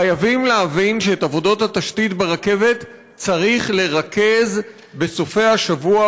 חייבים להבין שאת עבודות התשתית ברכבת צריך לרכז בסופי השבוע,